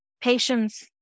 patience